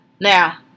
Now